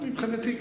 מבחינתי,